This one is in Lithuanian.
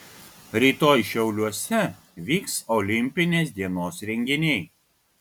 rytoj šiauliuose vyks olimpinės dienos renginiai